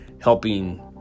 helping